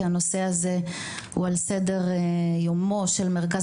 כי הנושא הזה הוא על סדר יומו של מרכז